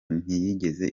ntiyigeze